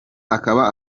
akaba